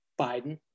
Biden